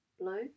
blue